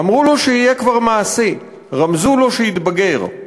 אמרו לו שיהיה כבר מעשי / רמזו לו שיתבגר /